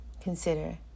Consider